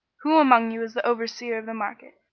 who among you is the overseer of the market?